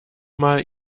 mal